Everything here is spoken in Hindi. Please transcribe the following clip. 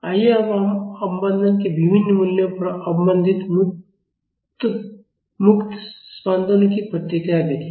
आइए अब हम अवमंदन के विभिन्न मूल्यों पर अवमंदित मुक्त स्पंदनों की प्रतिक्रिया देखें